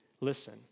listen